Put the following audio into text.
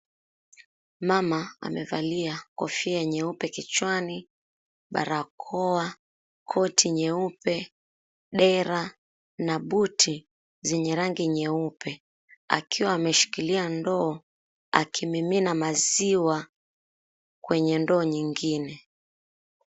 Mama amevalia kofia nyeupe kichwani, barakoa, koti nyeupe, dera na buti zenye rangi nyeupe. Akiwa ameshikilia ndoo akimimina maziwa kwenye ndoo nyingine.